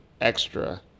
extra